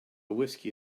whiskey